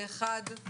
אושר פה-אחד.